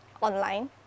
online